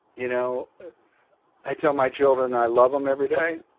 you know i tell my children i love them every day.